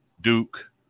Duke